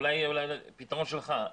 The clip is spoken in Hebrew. אולי יש פתרון שלך,